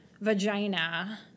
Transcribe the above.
vagina